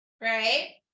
right